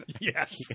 Yes